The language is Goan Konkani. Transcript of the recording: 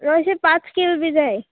अशें पांच किल बी जाय